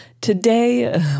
Today